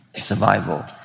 survival